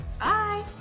Bye